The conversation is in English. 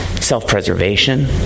Self-preservation